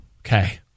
Okay